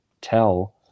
tell